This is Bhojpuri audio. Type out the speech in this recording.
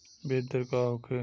बीजदर का होखे?